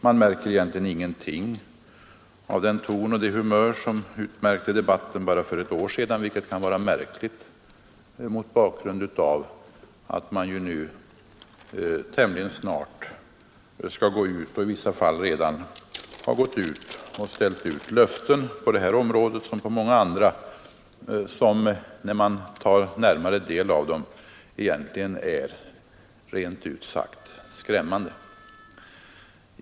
Man märker egentligen ingenting av den ton och det humör som utmärkte debatten för ett år sedan, vilket kan vara märkligt mot bakgrund av att man ju nu tämligen snart skall — och i vissa fall redan har gjort det — ställa ut löften på detta område, liksom på så många andra, som när man närmare studerar dem visar sig vara rent ut sagt skrämmande.